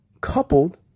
coupled